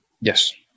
Yes